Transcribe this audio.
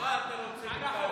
--- לא מתביישים.